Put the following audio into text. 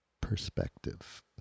perspective